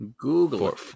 Google